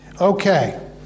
Okay